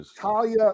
Talia